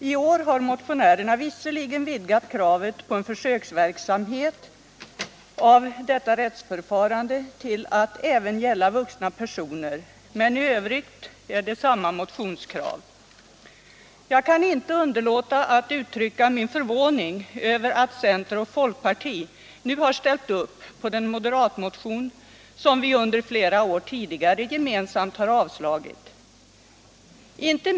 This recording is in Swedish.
I år har motionärerna visserligen vidgat kravet på en försöksverksamhet av detta rättsförfarande till att även gälla vuxna personer, men i Övrigt är det samma motionskrav. Jourdomstolar, Jag kan inte underlåta att uttrycka min förvåning över att centern och folkpartiet nu har ställt upp på den moderatmotion som vi tidigare. under flera år gemensamt har avslagit.